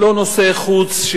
לא נושא חוץ,